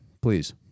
please